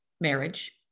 marriage